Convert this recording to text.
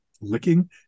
licking